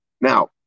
Now